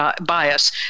bias